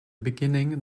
beginning